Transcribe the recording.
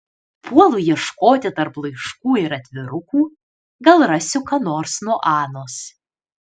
puolu ieškoti tarp laiškų ir atvirukų gal rasiu ką nors nuo anos